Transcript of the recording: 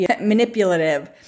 manipulative